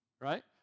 right